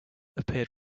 appeared